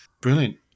Brilliant